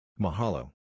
Mahalo